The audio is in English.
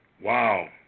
wow